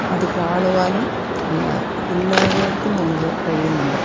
അത് കാണുവാനും എല്ലാ എല്ലാവര്ക്കും നമുക്ക് കഴിയുന്നുണ്ട്